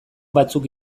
batzuk